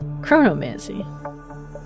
Chronomancy